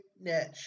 niche